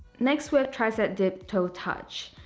next we have tricep dip toe touch.